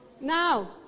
Now